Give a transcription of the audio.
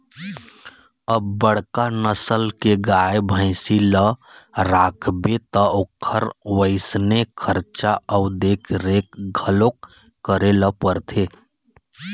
अब बड़का नसल के गाय, भइसी ल राखबे त ओखर वइसने खरचा अउ देखरेख घलोक करे ल परथे